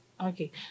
Okay